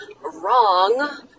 wrong